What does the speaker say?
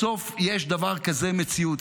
בסוף יש דבר כזה, מציאות.